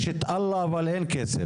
יש את אלוהים, אבל אין כסף.